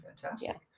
fantastic